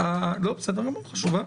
בסדר גמור, חשובה.